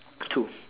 two